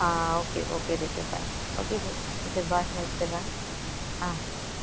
ஆ okay okay teacher thank okay டீ teacher bye வச்சிடுறேன் ஆ ம்